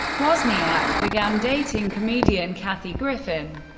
wozniak began dating comedian kathy griffin.